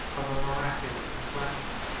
of a miraculous complexion.